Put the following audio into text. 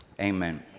Amen